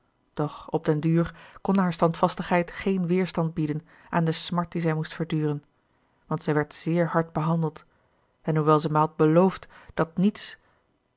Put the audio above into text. doch op den duur kon haar standvastigheid geen weerstand bieden aan de smart die zij moest verduren want zij werd zeer hard behandeld en hoewel zij mij had beloofd dat niets